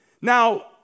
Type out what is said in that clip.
Now